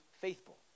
faithful